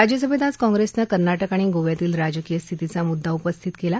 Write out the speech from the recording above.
राज्यसभेत आज काँग्रेसनं कर्नाटक आणि गोव्यातील राजकीय स्थितीचा म्द्दा उपस्थित केला